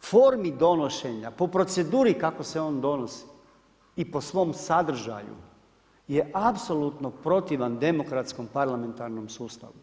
formi donošenja, po proceduri kako se on donosi i po svom sadržaju je apsolutno protivan demokratskom parlamentarnom sustavu.